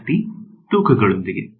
ವಿದ್ಯಾರ್ಥಿ ತೂಕಗಳೊಂದಿಗೆ